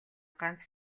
ганц